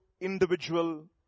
individual